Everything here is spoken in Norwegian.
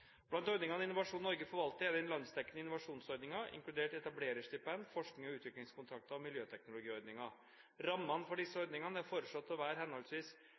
Blant ordningene Innovasjon Norge forvalter, er den landsdekkende innovasjonsordningen, inkludert etablererstipend, forsknings- og utviklingskontrakter og miljøteknologiordningen. Rammene for disse ordningene er foreslått å være henholdsvis